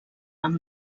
amb